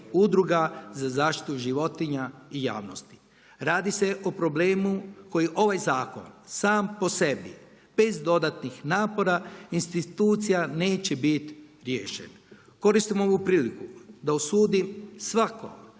za zaštitu životinja i javnosti. Radi se o problemu koji ovaj zakon sam po sebi bez dodatnih napora, institucija neće biti riješen. Koristim ovu priliku da osudim svako